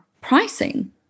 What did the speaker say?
pricing